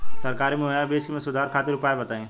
सरकारी मुहैया बीज में सुधार खातिर उपाय बताई?